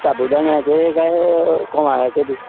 शाबूदाण्याचे कांय कुवाळ्याचे बी